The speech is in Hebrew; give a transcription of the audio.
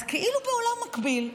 אז כאילו בעולם מקביל,